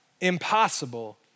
impossible